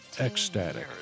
ecstatic